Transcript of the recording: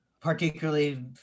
particularly